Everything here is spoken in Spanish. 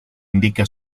indica